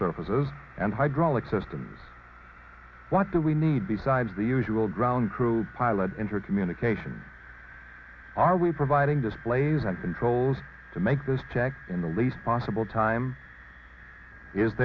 surfaces and hydraulic systems what do we need besides the usual ground crew pilot intercommunication are we providing this plays and controls to make this tech in the least possible time is